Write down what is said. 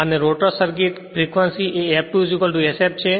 અને આ rotor circuit ફ્રેક્વંસીએ F2 sf છે